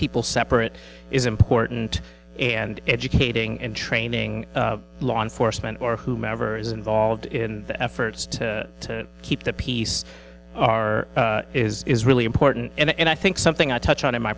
people separate is important and educating and training law enforcement or whomever is involved in the efforts to keep the peace are is really important and i think something i touch on in my